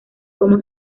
cómo